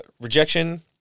rejection